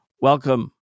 welcome